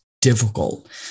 difficult